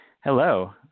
Hello